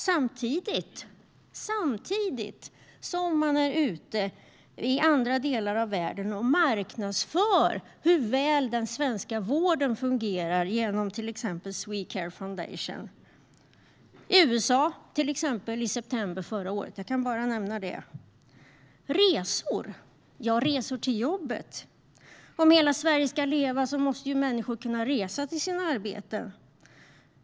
Samtidigt är man ute i andra delar av världen, till exempel i USA förra året, och marknadsför den svenska vården och hur väl den fungerar genom till exempel Swecare Foundation. Om hela Sverige ska leva måste ju människor kunna resa till sina arbeten.